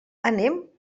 anem